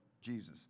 Jesus